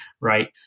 right